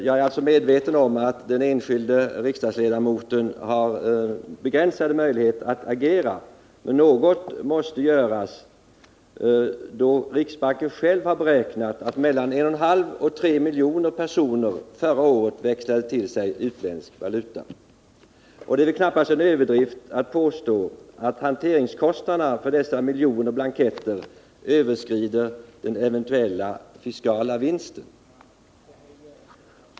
Jag är allså medveten om att den enskilde riksdagsledamoten har begränsade möjligheter att agera, men något måste göras, då riksbanken själv har beräknat att mellan 1,5 och 3 miljoner personer förra året växlade till sig utländsk valuta. Det är väl knappast en överdrift att påstå att hanteringskostnaderna för dessa miljoner blanketter överskrider den eventuella fiskala vinsten.